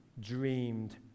dreamed